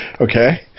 Okay